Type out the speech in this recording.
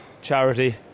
charity